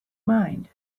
mind